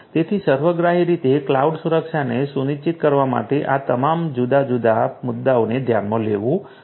તેથી સર્વગ્રાહી રીતે કલાઉડ સુરક્ષાને સુનિશ્ચિત કરવા માટે આ તમામ જુદા જુદા મુદ્દાઓને ધ્યાનમાં લેવું પડશે